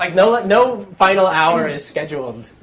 like no like no final hour is scheduled,